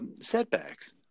setbacks